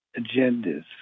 agendas